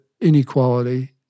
inequality